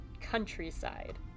countryside